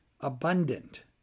Abundant